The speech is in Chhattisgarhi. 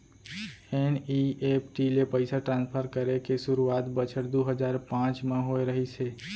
एन.ई.एफ.टी ले पइसा ट्रांसफर करे के सुरूवात बछर दू हजार पॉंच म होय रहिस हे